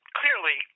clearly